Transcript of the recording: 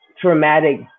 traumatic